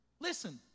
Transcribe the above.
Listen